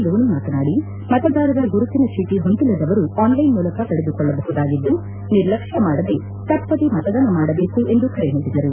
ಲೋಣಿ ಮಾತನಾಡಿ ಮತದಾರರ ಗುರುತಿನ ಚೀಟ ಹೊಂದಿಲ್ಲದವರು ಆನ್ಲೈನ್ ಮೂಲಕ ಪಡೆದುಕೊಳ್ಳಬಹುದಾಗಿದ್ದು ನಿರ್ಲಕ್ಷ್ಯ ಮಾಡದೆ ತಪ್ಪದೇ ಮತದಾನ ಮಾಡಬೇಕು ಎಂದು ಕರೆ ನೀಡಿದರು